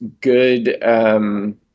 good